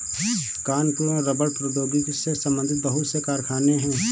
कानपुर में रबड़ प्रौद्योगिकी से संबंधित बहुत से कारखाने है